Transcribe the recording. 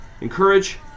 encourage